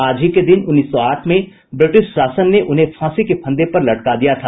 आज ही के दिन वर्ष उन्नीस सौ आठ में ब्रिटिश शासन ने उन्हें फांसी के फंदे पर लटका दिया था